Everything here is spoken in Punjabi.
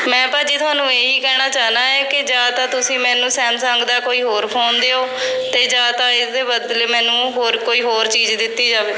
ਮੈਂ ਭਾਅ ਜੀ ਤੁਹਾਨੂੰ ਇਹੀ ਕਹਿਣਾ ਚਾਹੁੰਦਾ ਹੈ ਕਿ ਜਾਂ ਤਾਂ ਤੁਸੀਂ ਮੈਨੂੰ ਸੈਮਸੰਗ ਦਾ ਕੋਈ ਹੋਰ ਫ਼ੋਨ ਦਿਓ ਅਤੇ ਜਾਂ ਤਾਂ ਇਸਦੇ ਬਦਲੇ ਮੈਨੂੰ ਹੋਰ ਕੋਈ ਹੋਰ ਚੀਜ਼ ਦਿੱਤੀ ਜਾਵੇ